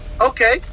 Okay